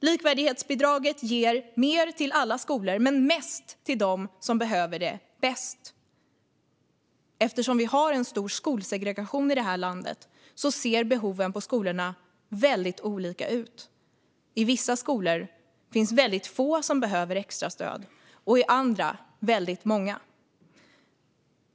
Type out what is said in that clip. Likvärdighetsbidraget ger mer till alla skolor men mest till dem som behöver det bäst. Eftersom vi har en stor skolsegregation i det här landet ser behoven på skolorna väldigt olika ut. I vissa skolor finns väldigt få som behöver extrastöd och i andra väldigt många.